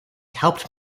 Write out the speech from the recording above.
helped